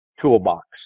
toolbox